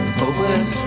hopeless